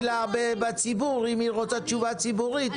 לה בציבור אם היא רוצה תשובה ציבורית,